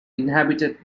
inhabited